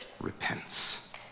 repents